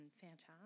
fantastic